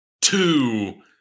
two